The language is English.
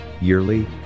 yearly